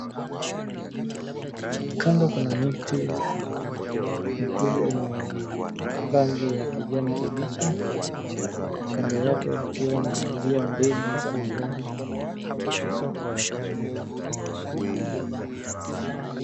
Kando kuna miti mikubwa ambayo ina rangi ya kijani kibichi. Kando yake kukiwa na njia mbili za magari.